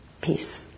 peace